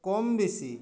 ᱠᱚᱢ ᱵᱮᱥᱤ